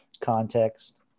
context